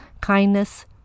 kindness